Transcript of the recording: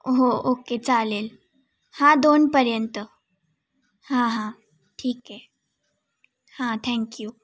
हो ओके चालेल हां दोनपर्यंत हां हां ठीक आहे हां थँक्यू